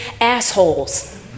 assholes